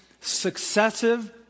successive